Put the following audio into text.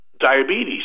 diabetes